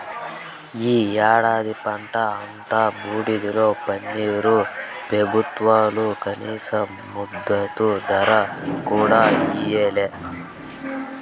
ఈ ఏడాది పంట అంతా బూడిదలో పన్నీరే పెబుత్వాలు కనీస మద్దతు ధర కూడా ఇయ్యలే